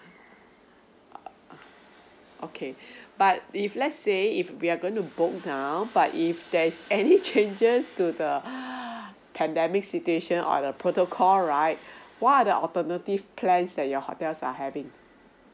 okay but if let's say if we're going to book now but if there is any changes to the pandemic situation or the protocol right what are the alternative plans that your hotels are having